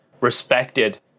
respected